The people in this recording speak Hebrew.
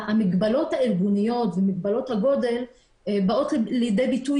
המגבלות הארגוניות ומגבלות הגודל באות לידי ביטוי